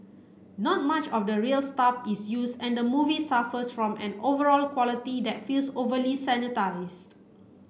not much of the real stuff is used and the movie suffers from an overall quality that feels overly sanitised